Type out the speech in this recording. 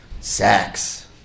sex